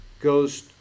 goes